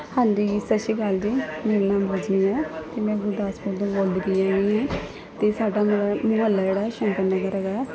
ਹਾਂਜੀ ਸਤਿ ਸ਼੍ਰੀ ਅਕਾਲ ਜੀ ਮੇਰਾ ਨਾਮ ਰਜਨੀ ਹੈ ਅਤੇ ਮੈਂ ਗੁਰਦਾਸਪੁਰ ਤੋਂ ਬੋਲਦੀ ਪਈ ਹੈਗੀ ਹਾਂ ਅਤੇ ਸਾਡਾ ਮ ਮੁਹੱਲਾ ਜਿਹੜਾ ਸ਼ੰਕਰ ਨਗਰ ਹੈਗਾ ਹੈ